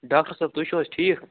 doctor صٲب تُہۍ چھِو حظ ٹھیٖک